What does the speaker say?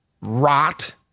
rot